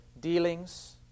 dealings